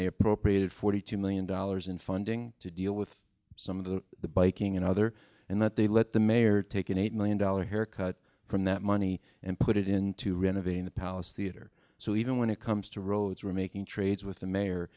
they appropriated forty two million dollars in funding to deal with some of the biking and other and that they let the mayor take an eight million dollars haircut from that money and put it into renovating the palace theater so even when it comes to roads we're making trades with the mayor